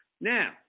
Now